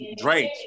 Drake